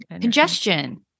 congestion